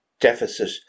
deficit